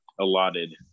allotted –